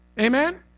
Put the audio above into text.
Amen